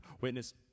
Witness